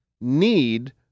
need